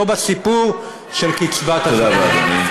לא בסיפור של קצבת הזקנה.